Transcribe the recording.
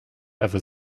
ever